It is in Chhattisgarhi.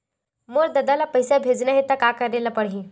मोर ददा ल पईसा भेजना हे त का करे ल पड़हि?